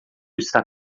está